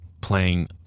playing